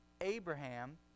Abraham